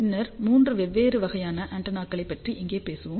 பின்னர் மூன்று வெவ்வேறு வகையான ஆண்டெனாக்களைப் பற்றி இங்கே பேசுவோம்